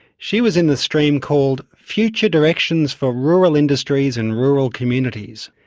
she was in the stream called future directions for rural industries and rural communities.